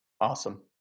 Awesome